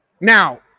Now